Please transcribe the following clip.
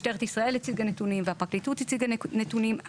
משטרת ישראל הציגה נתונים והפרקליטות הציגה נתונים.